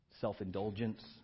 self-indulgence